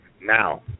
Now